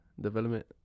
development